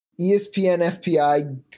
ESPN-FPI